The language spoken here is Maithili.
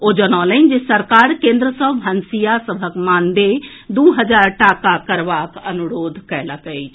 ओ जनौलनि जे सरकार केन्द्र सँ भनसिया सभक मानदेय दू हजार टाका करबाक अनुरोध कयलक अछि